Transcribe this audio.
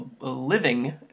living